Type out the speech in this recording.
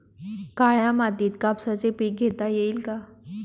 काळ्या मातीत कापसाचे पीक घेता येईल का?